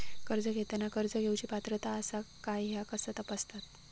कर्ज घेताना कर्ज घेवची पात्रता आसा काय ह्या कसा तपासतात?